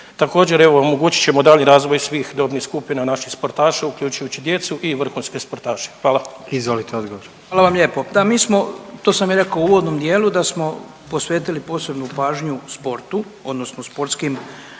Također evo omogućit ćemo daljnji razvoj svih dobnih skupina naših sportaša uključujući djecu i vrhunske sportaše. **Jandroković, Gordan (HDZ)** Izvolite odgovor. **Butković, Oleg (HDZ)** Hvala vam lijepo. Da mi smo, to sam i rekao u uvodnom dijelu da smo posvetili posebnu pažnju sportu odnosno sportskim